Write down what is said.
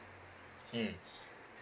mm